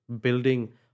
building